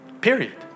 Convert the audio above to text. Period